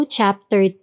chapter